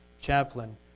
Chaplain